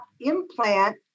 implant